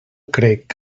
crec